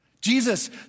Jesus